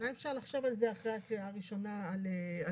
אולי אפשר לחשוב על זה אחרי הקריאה הראשונה על שינויים,